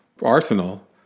Arsenal